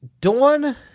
Dawn